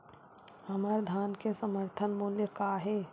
हमर धान के समर्थन मूल्य का हे?